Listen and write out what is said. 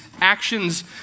actions